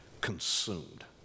consumed